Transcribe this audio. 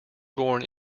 born